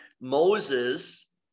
Moses